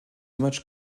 much